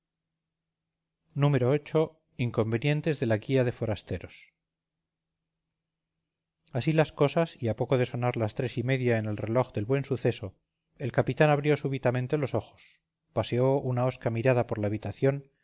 viii inconvenientes de la guía de forasteros así las cosas y a poco de sonar las tres y media en el reloj del buen suceso el capitán abrió súbitamente los ojos paseó una hosca mirada por la habitación